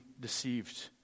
deceived